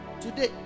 Today